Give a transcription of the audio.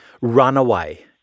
runaway